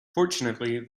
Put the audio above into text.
fortunately